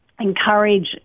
encourage